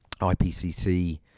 IPCC